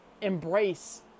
embrace